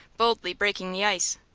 boldly breaking the ice.